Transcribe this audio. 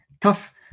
Tough